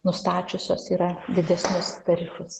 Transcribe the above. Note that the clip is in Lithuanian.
nustačiusios yra didesnius tarifus